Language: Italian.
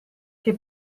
che